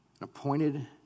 appointed